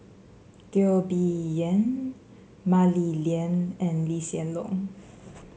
Teo Bee Yen Mah Li Lian and Lee Hsien Loong